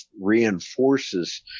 reinforces